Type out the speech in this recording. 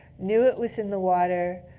knew it was in the water.